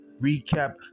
recap